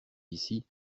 ici